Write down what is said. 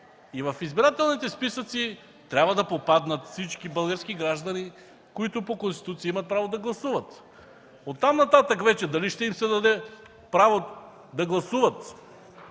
В избирателните списъци трябва да попаднат всички български граждани, които по Конституция имат право да гласуват. От там нататък вече дали ще им се даде право да гласуват